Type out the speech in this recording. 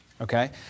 okay